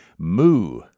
Moo